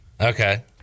Okay